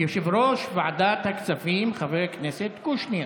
יושב-ראש ועדת הכספים חבר הכנסת קושניר.